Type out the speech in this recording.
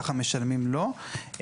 ככה משלמים לו.